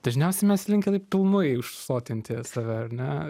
dažniausiai mes linkę taip pilnai užsotinti save ar ne